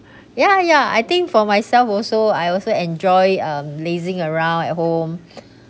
ya ya I think for myself also I also enjoy uh lazying around at home